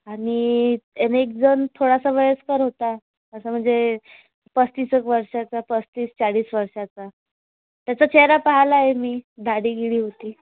आणि अन् एकजण थोडासा वयस्कर होता असं म्हणजे पस्तीस एक वर्षाचा पस्तीस चाळीस वर्षाचा त्याचा चेहेरा पाहलाय मी दाढी बिढी होती